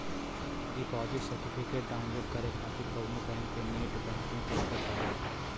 deposit certificate download करे खातिर कउनो बैंक के नेट बैंकिंग पोर्टल पर जा